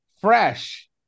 fresh